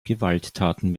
gewalttaten